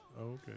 okay